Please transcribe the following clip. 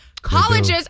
Colleges